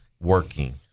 working